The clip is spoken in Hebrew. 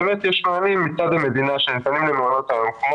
יש מענים מצד המדינה שניתנים למעונות היום כמו